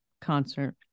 concert